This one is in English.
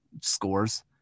scores